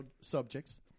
subjects